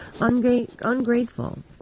Ungrateful